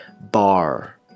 bar